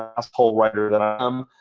asshole writer that i am,